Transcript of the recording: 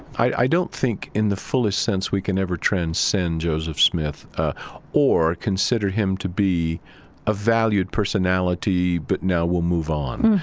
i don't think in the fully sense we can ever transcend joseph smith ah or consider him to be a valued personality, but now we'll move on.